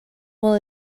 will